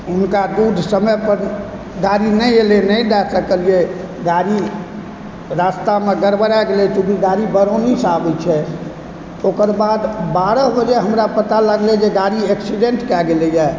हुनका दूध समय पर गाड़ी नहि एलय नहि दै सकलियै गाड़ी रस्तामे गड़बड़ा गेलय चूँकि गाड़ी बरौनीसँ आबय छै ओकर बाद बारह बजे हमरा पता लगैए जे गाड़ी एक्सीडेंट कै गेलैए